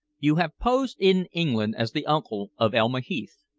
you have posed in england as the uncle of elma heath,